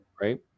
Right